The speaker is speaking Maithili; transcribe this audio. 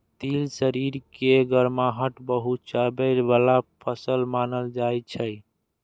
तिल शरीर के गरमाहट पहुंचाबै बला फसल मानल जाइ छै